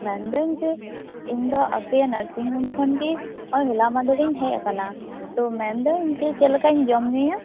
ᱢᱮᱱᱮᱫᱟ ᱧ ᱡᱮ ᱤᱧᱫᱚ ᱟᱯᱮ ᱱᱟᱨᱥᱤᱝᱦᱳᱢ ᱠᱷᱚᱱ ᱜᱮ ᱚᱭ ᱦᱚᱞᱟ ᱢᱟᱦᱟᱫᱮᱨᱤᱧ ᱦᱮᱡ ᱟᱠᱟᱱᱟ ᱛᱚ ᱢᱮᱱᱫᱟ ᱧ ᱡᱮ ᱪᱮᱫ ᱞᱮᱠᱟᱧ ᱡᱚᱢ ᱧᱩᱭᱟ